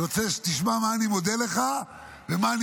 אני רוצה שתשמע במה אני מודה לך ומה אני